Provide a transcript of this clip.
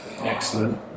Excellent